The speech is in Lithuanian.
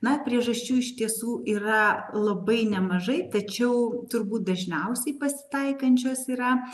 na priežasčių iš tiesų yra labai nemažai tačiau turbūt dažniausiai pasitaikančios yra